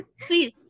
Please